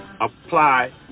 apply